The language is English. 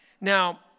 Now